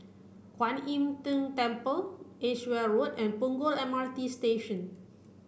Kwan Im Tng Temple Edgeware Road and Punggol M R T Station